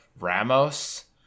Ramos